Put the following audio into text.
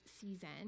season